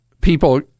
people